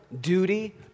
duty